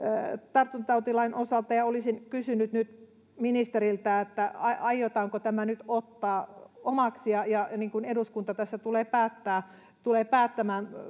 tartuntatautilain osalta ja olisin kysynyt nyt ministeriltä aiotaanko tämä nyt ottaa omaksi niin kuin eduskunta tässä tulee päättämään